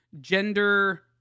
gender